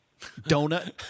donut